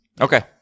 okay